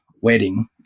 wedding